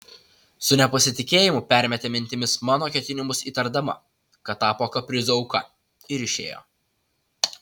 su nepasitikėjimu permetė mintimis mano ketinimus įtardama kad tapo kaprizo auka ir išėjo